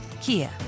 Kia